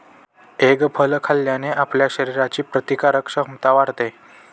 egg फळ खाल्ल्याने आपल्या शरीराची रोगप्रतिकारक क्षमता वाढते